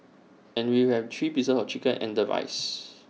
and we have three pieces of chicken and the rice